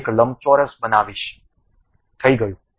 એક લંબચોરસ બનાવીશ થઈ ગયું